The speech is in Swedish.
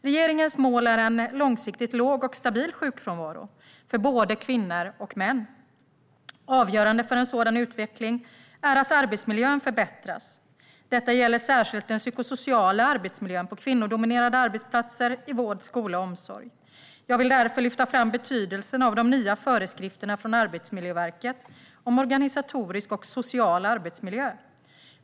Regeringens mål är en långsiktigt låg och stabil sjukfrånvaro för både kvinnor och män. Avgörande för en sådan utveckling är att arbetsmiljön förbättras. Detta gäller särskilt den psykosociala arbetsmiljön på kvinnodominerade arbetsplatser i vård, skola och omsorg. Jag vill därför lyfta fram betydelsen av de nya föreskrifterna från Arbetsmiljöverket om organisatorisk och social arbetsmiljö.